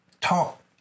talk